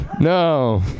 no